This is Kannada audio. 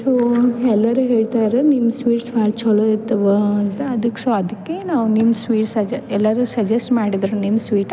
ಸೋ ಎಲ್ಲರು ಹೇಳ್ತಾರೆ ನಿಮ್ಮ ಸ್ವೀಟ್ಸ್ ಭಾಳ್ ಛಲೋ ಇರ್ತವ ಅಂತ ಅದಕ್ಕೆ ಸೊ ಅದಕ್ಕೆ ನಾವು ನಿಮ್ಮ ಸ್ವೀಟ್ ಸಜೆ ಎಲ್ಲರಿಗು ಸಜೆಸ್ಟ್ ಮಾಡಿದ್ರೆ ನಿಮ್ಮ ಸ್ವೀಟ್